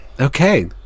okay